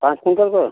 पाँच कुंटल का